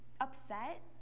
upset